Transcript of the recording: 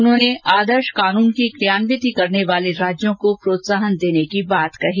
उन्होंने आदर्श कानून की कियान्विती करने वाले राज्यों को प्रोत्साहन देने की बात कही